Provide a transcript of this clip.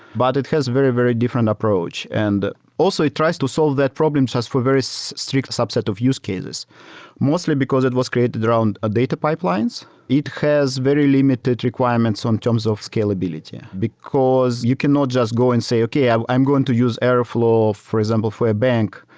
but it has very, very different approach. and also, it tries to solve that problem sets for very so strict subset of use cases mostly because it was created around ah data pipelines. it has very limited requirements on terms of scalability yeah because you cannot just go and say, okay, i'm i'm going to use airflow, for example for a bank,